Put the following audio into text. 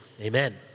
amen